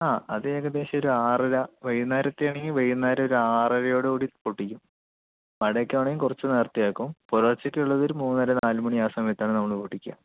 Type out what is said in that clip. ആ അത് ഏകദേശം ഒരു ആറര വൈകുന്നേരത്തെ ആണെങ്കിൽ വൈകുന്നേരം ഒര് ആറരയോടുകൂടി പൊട്ടിക്കും മഴ ഒക്കെ ആണെങ്കിൽ കുറച്ചു നേരത്തെ ആക്കും പുലർച്ചയ്ക്ക് ഉള്ളത് ഒരു മൂന്നര നാല് മണി ആ സമയത്താണ് നമ്മൾ പൊട്ടിക്കുക